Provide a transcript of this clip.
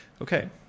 Okay